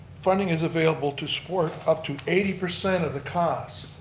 funding is available to support up to eighty percent of the costs.